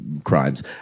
Crimes